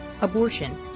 abortion